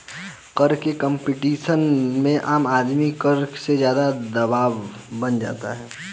कर में कम्पटीशन से आम आदमी पर कर का ज़्यादा दवाब बन जाता है